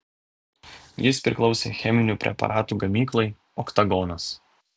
jis priklausė cheminių preparatų gamyklai oktagonas